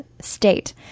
state